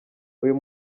uyu